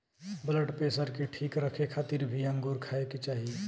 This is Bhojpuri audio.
ब्लड पेशर के ठीक रखे खातिर भी अंगूर खाए के चाही